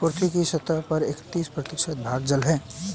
पृथ्वी की सतह का इकहत्तर प्रतिशत भाग जल है